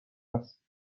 است